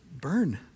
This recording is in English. burn